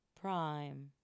prime